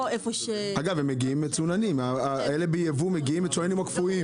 אגב אלה בייבוא, הם מגיעים מצוננים או קפואים.